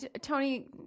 Tony